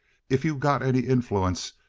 if you got any influence,